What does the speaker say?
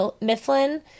Mifflin